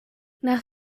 nach